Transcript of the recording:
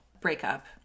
breakup